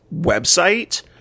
website